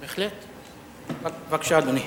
בבקשה, אדוני,